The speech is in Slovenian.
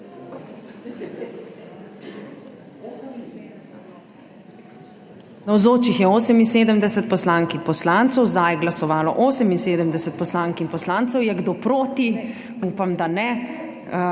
Navzočih je 78 poslank in poslancev. Za je glasovalo 78 poslank in poslancev. Je kdo proti? Upam, da ne,